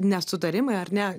nesutarimai ar ne